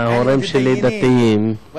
להלן תרגומם הסימולטני לעברית: ההורים שלי דתיים,